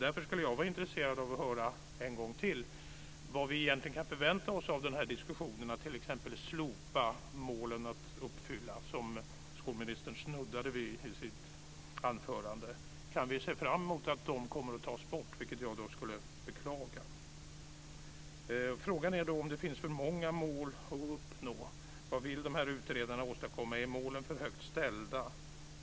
Därför skulle jag vara intresserad av att höra en gång till vad vi egentligen kan förvänta oss av den här diskussionen, t.ex. slopa målen att uppnå som skolministern snuddade vid i sitt anförande. Kan vi se fram mot att de kommer att tas bort, vilket jag skulle beklaga? Frågan är om det finns för många mål att uppnå? Vad vill utredarna åstadkomma? Är målen för högt ställda?